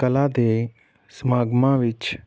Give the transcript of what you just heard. ਕਲਾ ਦੇ ਸਮਾਗਮਾਂ ਵਿੱਚ